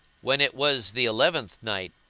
when it was the eleventh night,